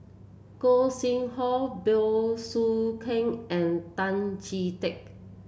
Gog Sing Hooi Bey Soo Khiang and Tan Chee Teck